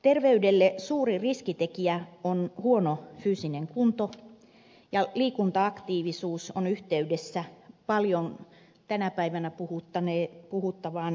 terveydelle suuri riskitekijä on huono fyysinen kunto ja liikunta aktiivisuus on yhteydessä ylipainoon josta tänä päivänä paljon puhutaan